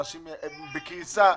אנשים בקריסה,